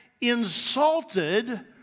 insulted